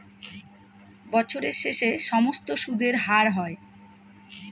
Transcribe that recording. বছরের শেষে সমস্ত সুদের হার হয়